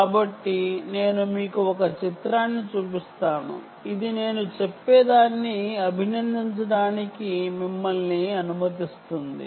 కాబట్టి నేను మీకు ఒక చిత్రాన్ని చూపిస్తాను ఇది నేను చెప్పేదాన్ని అభినందించడానికి మిమ్మల్ని అనుమతిస్తుంది